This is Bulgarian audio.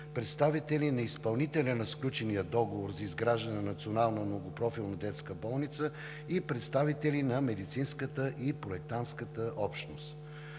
представители на изпълнителя на сключения договор за изграждане на Национална многопрофилна детска болница и представители на медицинската и проектантската общност.